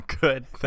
good